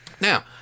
now